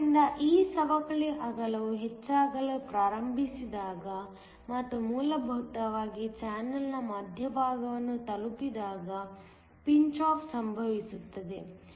ಆದ್ದರಿಂದ ಈ ಸವಕಳಿ ಅಗಲವು ಹೆಚ್ಚಾಗಲು ಪ್ರಾರಂಭಿಸಿದಾಗ ಮತ್ತು ಮೂಲಭೂತವಾಗಿ ಚಾನಲ್ನ ಮಧ್ಯಭಾಗವನ್ನು ತಲುಪಿದಾಗ ಪಿಂಚ್ ಆಫ್ ಸಂಭವಿಸುತ್ತದೆ